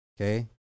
Okay